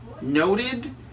noted